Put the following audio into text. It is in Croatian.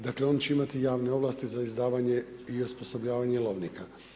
Dakle oni će imati javne ovlasti za izdavanje i osposobljavanje lovnika.